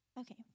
Okay